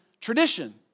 tradition